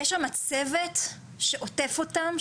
יש שם צוות שעוטף אותם,